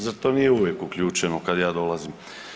Zar to nije uvijek uključeno kad ja dolazim?